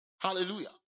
Hallelujah